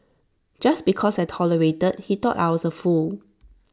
just because I tolerated he thought I was A fool